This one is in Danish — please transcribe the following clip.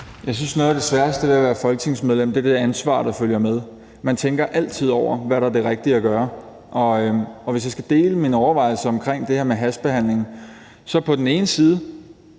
Jeg synes, at noget af det sværeste ved at være folketingsmedlem, er det ansvar, der følger med. Man tænker altid over, hvad der er det rigtige at gøre. Og hvis jeg skal dele mine overvejelser om det her med hastebehandling, vil jeg sige,